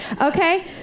Okay